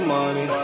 money